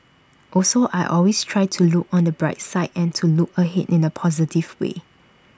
also I always try to look on the bright side and to look ahead in A positive way